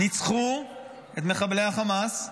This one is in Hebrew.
ניצחו את מחבלי החמאס,